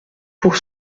pour